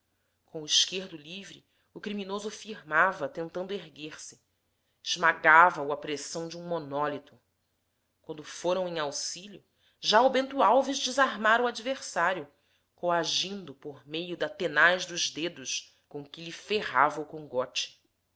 com o esquerdo livre o criminoso firmava tentando erguer-se esmagava o a pressão de um monólito quando foram em auxilio já o bento alves desarmara o adversário coagindo por meio da tenaz dos dedos com que lhe ferrava o